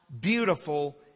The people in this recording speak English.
beautiful